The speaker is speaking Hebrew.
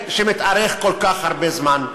שמתארך כל כך הרבה זמן?